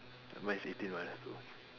mine's eighteen minus two